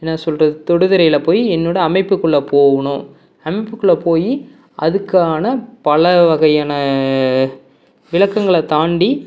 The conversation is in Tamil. என்ன சொல்வது தொடுதிரையில் போய் என்னோட அமைப்புக்குள்ளே போகணும் அமைப்புக்குள்ளே போய் அதுக்கான பலவகையான விளக்கங்களை தாண்டி